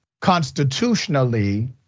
constitutionally